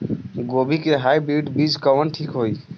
गोभी के हाईब्रिड बीज कवन ठीक होई?